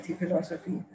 philosophy